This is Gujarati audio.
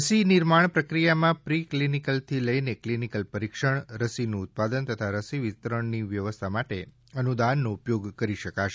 રસી નિર્માણ પ્રક્રિયામાં પ્રિ ક્લિનીકલથી લઈને ક્લિનીકલ પરિક્ષણ રસીનું ઉત્પાદન તથા રસી વિતરણની વ્યવસ્થા માટે અનુદાનનો ઉપયોગ કરી શકાશે